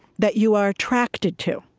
that you are attracted to?